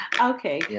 Okay